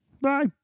Bye